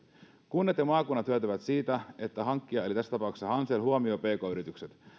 kunnat ja maakunnat hyötyvät siitä että hankkija eli tässä tapauksessa hansel huomioi pk yritykset